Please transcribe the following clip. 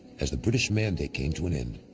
as the british mandate came to an end,